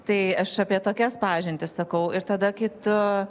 tai aš apie tokias pažintis sakau ir tada kito